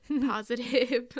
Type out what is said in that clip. positive